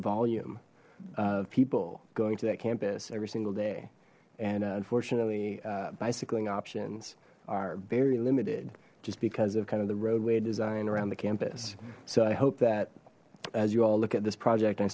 volume of people going to that campus every single day and unfortunately bicycling options are very limited just because of kind of the roadway design around the campus so i hope that as you all look at this project i